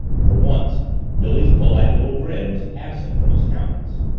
for once billy's polite little grin was absent from his countenance.